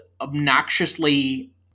obnoxiously